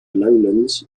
lowlands